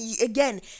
again